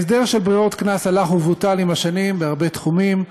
ההסדר של ברירת קנס הלך ובוטל עם השנים בהרבה תחומים.